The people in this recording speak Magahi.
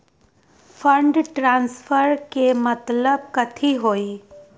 फंड ट्रांसफर के मतलब कथी होई?